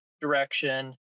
direction